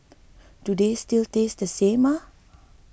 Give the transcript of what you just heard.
do they still taste the same ah